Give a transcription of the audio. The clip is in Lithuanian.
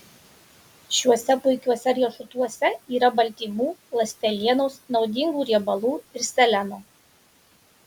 šiuose puikiuose riešutuose yra baltymų ląstelienos naudingų riebalų ir seleno